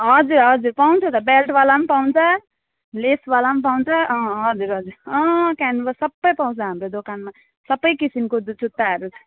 हजुर हजुर पाउँछ त बेल्टवाला पनि पाउँछ लेसवाला पनि पाउँछ अँ हजुर हजुर अँ क्यानभस सबै पाउँछ हाम्रो दोकानमा सबै किसिमको त्यो जुत्ताहरू